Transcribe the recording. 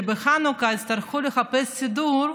שבחנוכה יצטרכו לחפש סידור,